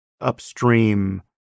upstream